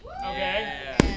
Okay